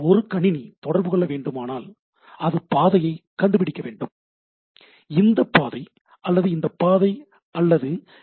ஒரு கணினி தொடர்பு கொள்ள வேண்டுமானால் அது பாதையை கண்டுபிடிக்க வேண்டும் இந்தப் பாதை அல்லது இந்தப் பாதை அல்லது இந்தப் பாதை